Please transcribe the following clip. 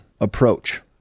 approach